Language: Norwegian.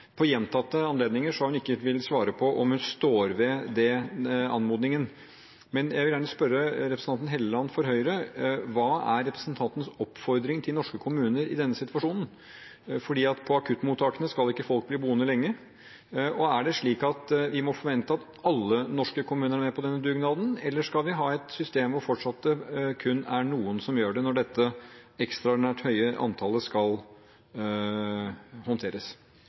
Ved gjentatte anledninger har hun ikke villet svare på om hun står ved den anmodningen. Jeg vil gjerne spørre representanten for Høyre, Helleland: Hva er representantens oppfordring til norske kommuner i denne situasjonen? På akuttmottakene skal ikke folk bli boende lenge. Er det slik at vi må forvente at alle norske kommuner er med på denne dugnaden, eller skal vi ha et system hvor det fortsatt kun er noen som er det når dette ekstraordinært høye antallet skal håndteres?